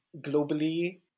globally